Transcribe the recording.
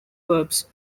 verbs